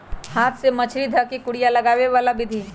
हाथ से मछरी ध कऽ कुरिया लगाबे बला विधि